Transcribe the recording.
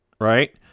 right